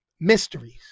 mysteries